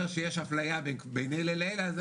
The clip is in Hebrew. ברגע שאני אומר שיש אפליה בין אלה לאלה,